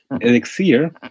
elixir